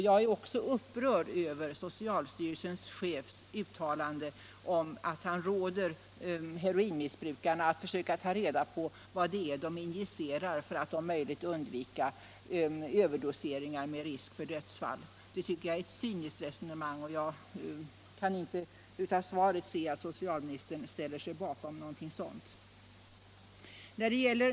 Jag är också upprörd över socialstyrelsens chefs uttalande att han råder heroinmissbrukarna att försöka ta reda på vad det är de injicerar för att om möjligt undvika överdoseringar med risk för dödsfall. Det tycker jag är ett cyniskt resonemang. Jag kan inte av svaret se att socialministern ställer sig bakom någonting sådant.